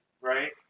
right